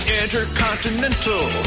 intercontinental